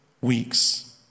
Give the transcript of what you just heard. weeks